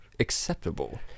Acceptable